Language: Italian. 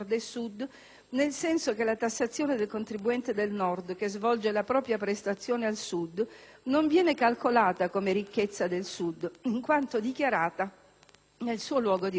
nel senso che la tassazione del contribuente del Nord che svolge la propria prestazione al Sud non verrebbe calcolata come ricchezza del Sud, in quanto dichiarata nel suo luogo di residenza.